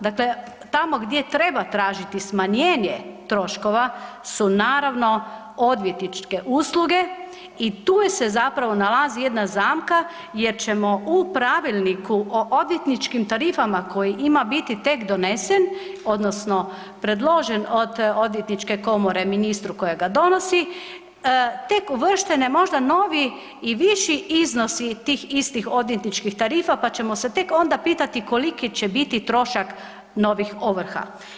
Dakle, tamo gdje treba tražiti smanjenje troškova su naravno odvjetničke usluge i tu se nalazi jedna zamka jer ćemo u pravilniku o odvjetničkim tarifama koje ima biti tek donesen odnosno predložen od Odvjetničke komore ministru kojega donosi, tek uvrštene možda novi i viši iznosi tih istih odvjetničkih tarifa pa ćemo se tek onda pitati koliki će biti trošak novih ovrha.